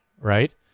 Right